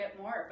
more